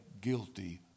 guilty